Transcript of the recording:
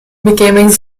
became